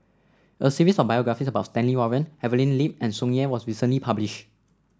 a series of biographies about Stanley Warren Evelyn Lip and Tsung Yeh was recently publish